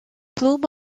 plume